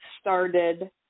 started